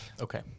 Okay